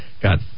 got